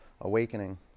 awakening